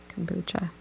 kombucha